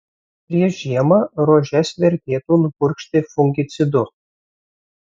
prieš žiemą rožes vertėtų nupurkšti fungicidu